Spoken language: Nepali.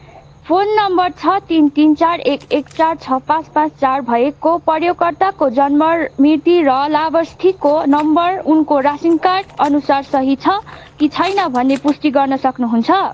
फोन नम्बर छ तिन तिन चार एक एक चार छ पाँच पाँच चार भएको प्रयोगकर्ताको जन्म मिति र लाभार्थीको नम्बर उसको रासन कार्ड अनुसार सही छ कि छैन भनी पुष्टि गर्न सक्नुहुन्छ